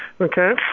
Okay